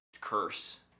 curse